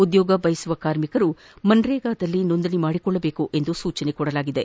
ಉದ್ಲೋಗ ಬಯಸುವ ಕಾರ್ಮಿಕರು ನರೇಗಾನಲ್ಲಿ ನೋಂದಣಿ ಮಾಡಿಕೊಳ್ಳುವಂತೆ ಸೂಚಿಸಲಾಗಿದೆ